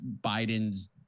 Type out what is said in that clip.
Biden's